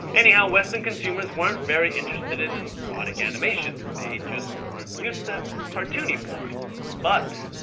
anyhow, western consumers weren't very interested in an erotic animation. they just weren't used to cartoony porn but